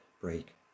break